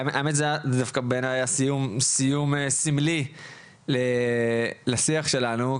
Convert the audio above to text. האמת שזה היה דווקא בעיניי סיום סמלי לשיח שלנו.